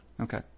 Okay